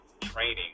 training